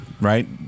right